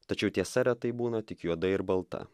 tačiau tiesa retai būna tik juoda ir balta